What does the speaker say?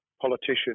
politician